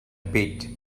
pit